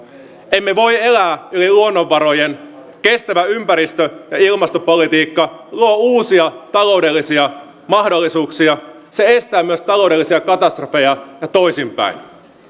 emme voi elää yli luonnonvarojen kestävä ympäristö ja ilmastopolitiikka luo uusia taloudellisia mahdollisuuksia se estää myös taloudellisia katastrofeja ja toisinpäin